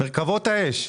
מרכבות האש.